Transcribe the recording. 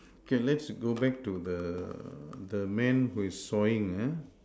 okay let's go back to the the man who is sawing uh